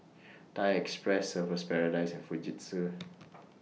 Thai Express Surfer's Paradise and Fujitsu